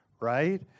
right